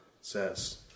says